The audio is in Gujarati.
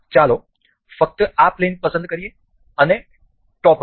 ચાલો ફક્ત આ પ્લેન પસંદ કરીએ અને ટોપ પ્લેન